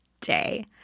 day